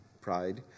Pride